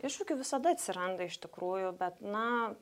iššūkių visada atsiranda iš tikrųjų bet na